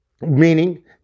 meaning